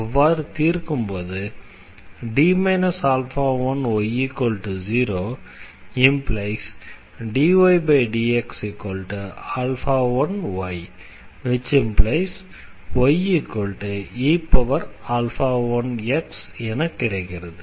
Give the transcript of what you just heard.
அவ்வாறு தீர்க்கும்போது y0⟹dydx1y⟹ye1x என கிடைக்கிறது